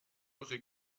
eure